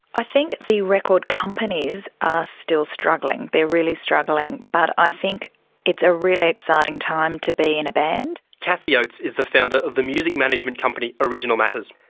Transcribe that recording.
i think the record companies are still struggling, they're really struggling, but i think it's a really exciting time to be in a band. cathy oates is the founder of the music management company, original matters,